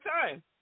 time